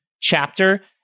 chapter